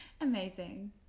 amazing